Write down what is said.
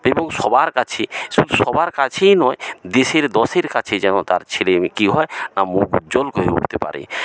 সে রকম সবার কাছে সবার কাছেই নয় দেশের দশের কাছে তার ছেলেমেয়ে কী হয় না মুখ উজ্জ্বল করে তুলতে পারে